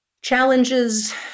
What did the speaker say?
challenges